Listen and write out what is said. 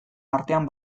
artean